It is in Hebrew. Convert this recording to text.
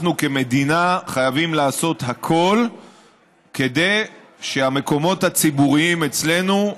אנחנו כמדינה חייבים לעשות הכול כדי שהמקומות הציבוריים אצלנו,